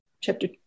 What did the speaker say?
chapter